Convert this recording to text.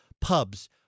pubs